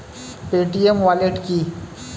Paytm wallet কি?